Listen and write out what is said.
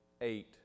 eight